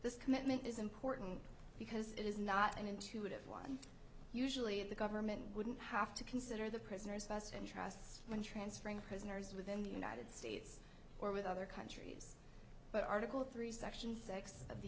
this commitment is important because it is not an intuitive one usually the government wouldn't have to consider the prisoner's best interests when transferring prisoners within the united states or with other countries but article three section six of the